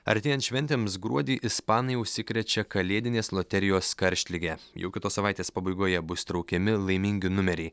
artėjant šventėms gruodį ispanai užsikrečia kalėdinės loterijos karštlige jau kitos savaitės pabaigoje bus traukiami laimingi numeriai